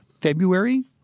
February